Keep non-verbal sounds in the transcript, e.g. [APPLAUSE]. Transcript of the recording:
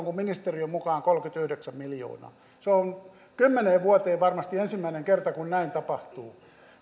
[UNINTELLIGIBLE] kuin ministeriön mukaan kolmekymmentäyhdeksän miljoonaa se on kymmeneen vuoteen varmasti ensimmäinen kerta kun näin tapahtuu